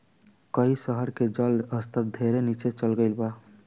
कई शहर के जल स्तर ढेरे नीचे चल गईल बा